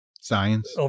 science